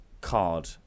card